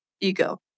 ego